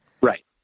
Right